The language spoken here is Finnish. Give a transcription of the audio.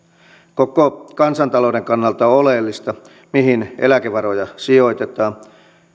koko kansantalouden kannalta on oleellista mihin eläkevaroja sijoitetaan